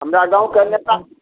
हमरा गाँवके नेता